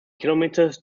kilometers